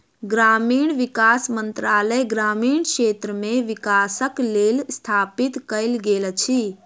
ग्रामीण विकास मंत्रालय ग्रामीण क्षेत्र मे विकासक लेल स्थापित कयल गेल अछि